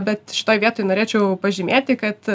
bet šitoj vietoj norėčiau pažymėti kad